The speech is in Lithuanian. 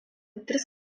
tris